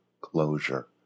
closure